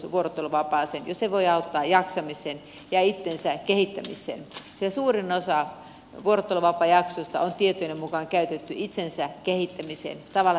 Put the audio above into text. jo se voi auttaa jaksamisessa ja itsensä kehittämisessä sillä suurin osa vuorotteluvapaajaksoista on tietojeni mukaan käytetty itsensä kehittämiseen tavalla